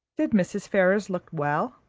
did mrs. ferrars look well?